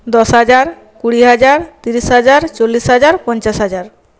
দশ হাজার কুড়ি হাজার তিরিশ হাজার চল্লিশ হাজার পঞ্চাশ হাজার